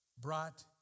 brought